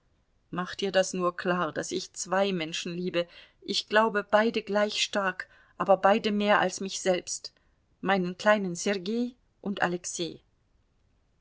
mach dir das nur klar daß ich zwei menschen liebe ich glaube beide gleich stark aber beide mehr als mich selbst meinen kleinen sergei und alexei